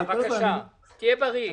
תהיה בריא.